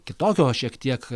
kitokio šiek tiek